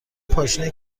پاشنه